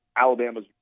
Alabama's